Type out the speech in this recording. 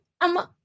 I'ma